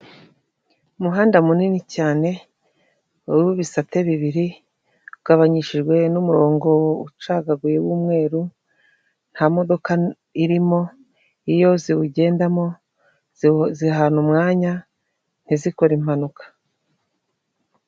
Umuhanda munini cyane w'ibisate bibiri ugabanyishijwe n'umurongo ucagaguye w'umweru, nta modoka irimo, iyo ziwugendamo zihana umwanya ntizikore impanuka.